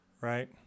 Right